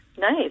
Nice